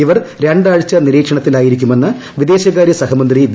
ഇവർ രണ്ടാഴ്ച നിരീക്ഷണത്തിൽ ആയിരിക്കുമെന്ന് വിദേശകാര്യ സഹമന്ത്രി വി